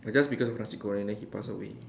ah just because of nasi goreng then he passed away